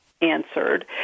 answered